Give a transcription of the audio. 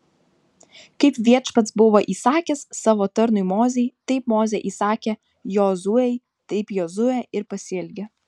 kaip viešpats buvo įsakęs savo tarnui mozei taip mozė įsakė jozuei taip jozuė ir pasielgė